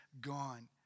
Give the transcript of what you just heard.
gone